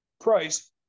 price